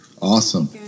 Awesome